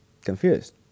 confused